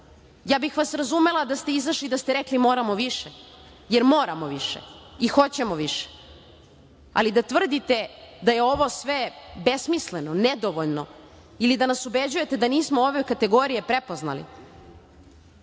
bih vas da ste izašli i da ste rekli - moramo više, jer moramo više i hoćemo više, ali da tvrdite da je ovo sve besmisleno, nedovoljno ili da nas ubeđujete da nismo ove kategorije prepoznali